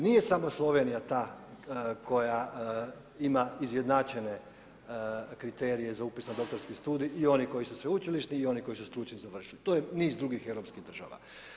Nije samo Slovenija ta koja ima izjednačene kriterije za upis na doktorski studij i onih koji su sveučilišni i onih koji su stručni studij, to je niz drugih europskih država.